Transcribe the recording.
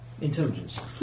Intelligence